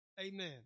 Amen